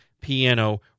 piano